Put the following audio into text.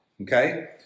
okay